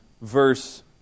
verse